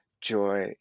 joy